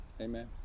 Amen